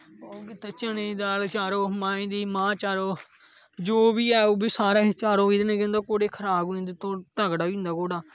चने दी दाल चारो मांह् दी मांह् चारो जो बी ऐ ओह्बी सारी चारो एहदे कन्नै केह् होई जंदा घोडे़ गी खराक होई जंदी तगड़ा होई जंदा घोड़ा